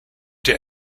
der